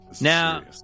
Now